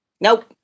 Nope